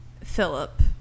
philip